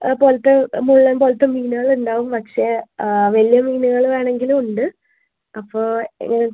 പോലത്തെ മുള്ളൻ പോലത്തെ മീനുകളുണ്ടാവും പക്ഷെ ആ വലിയ മീനുകൾ വേണമെങ്കിലും ഉണ്ട് അപ്പോൾ ഇത്